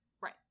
Right